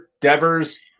Devers